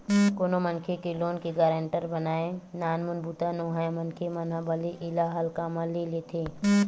कोनो मनखे के लोन के गारेंटर बनई ह नानमुन बूता नोहय मनखे मन ह भले एला हल्का म ले लेथे